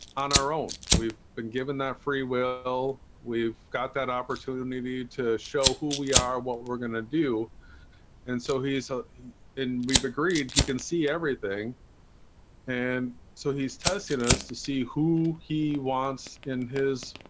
on our own we've been given that freewill we've got that opportunity to show who we are what we're gonna do and so he's a and we've agreed he can see everything and so he's testing us to see who he wants in his